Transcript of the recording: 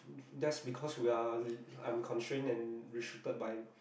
that's because we are I'm constraint and restricted by